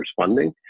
funding